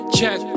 Check